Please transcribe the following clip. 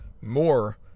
more